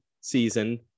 season